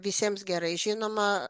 visiems gerai žinoma